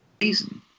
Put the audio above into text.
reason